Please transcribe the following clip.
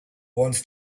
wants